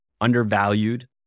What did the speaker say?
undervalued